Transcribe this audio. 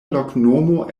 loknomo